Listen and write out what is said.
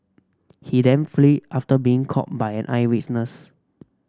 he then flee after being caught by an eyewitness